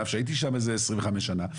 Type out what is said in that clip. למרות שהייתי שם איזה 25 שנה,